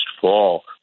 fall